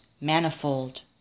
manifold